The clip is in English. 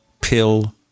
pill